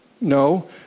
No